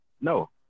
no